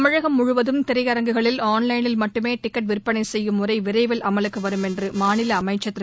தமிழகம் முழுவதும் திரையரங்குகளில் ஆன் லைனில் மட்டுமே டிக்கெட் விற்பனை செய்யும் முறை விரைவில் அமலுக்கு வரும் என்று மாநில அமைச்சர் திரு